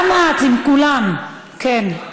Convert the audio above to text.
גם את, עם כולם, כן.